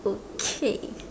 okay